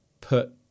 put